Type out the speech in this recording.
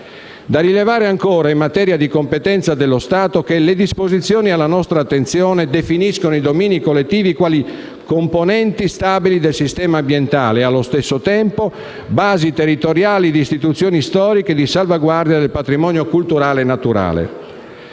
Da rilevare ancora in materia di competenza dello Stato che le disposizioni alla nostra attenzione definiscono i domini collettivi quali componenti stabili del sistema ambientale e, allo stesso tempo, basi territoriali di istituzioni storiche di salvaguardia del patrimonio culturale e naturale.